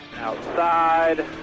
Outside